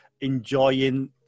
enjoying